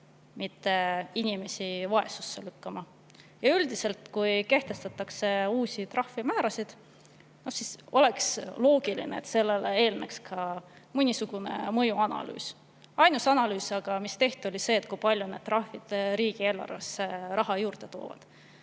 mitte inimesi vaesusesse lükkama. Ja üldiselt, kui kehtestatakse uusi trahvimäärasid, siis oleks loogiline, et sellele eelneks ka mõnisugune mõjuanalüüs. Ainus analüüs aga, mis tehti, oli selle kohta, kui palju need trahvid riigieelarvesse raha juurde toovad.